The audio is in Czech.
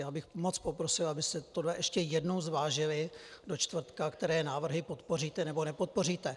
Moc bych poprosil, abyste tohle ještě jednou zvážili do čtvrtka, které návrhy podpoříte, nebo nepodpoříte.